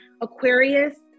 Aquarius